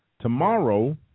Tomorrow